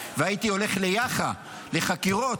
והייתי הולך ליאח"ה לחקירות,